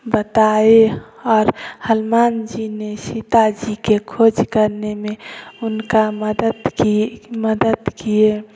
बताए और हनुमान जी ने सीता जी के खोज करने में उनका मदद की मदद किए